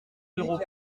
d’euros